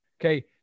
Okay